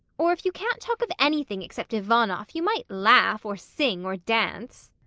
or if you can't talk of anything except ivanoff, you might laugh or sing or dance